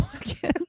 again